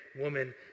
woman